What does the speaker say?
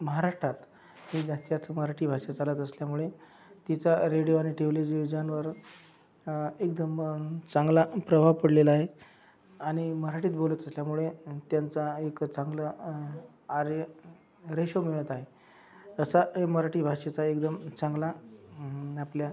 महाराष्ट्रात जे जास्तीत जास्त मराठी भाषा चालत असल्यामुळे तिचा रेडियो आणि टेलीविजनवर एकदम चांगला प्रभाव पडलेला आहे आणि मराठीत बोलत असल्यामुळे त्यांचा एक चांगला आरे रेशो मिळत आहे असा मराठी भाषेचा एकदम चांगला आपल्या